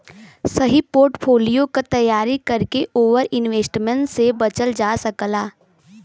सही पोर्टफोलियो क तैयारी करके ओवर इन्वेस्टमेंट से बचल जा सकला